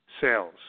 sales